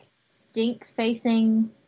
stink-facing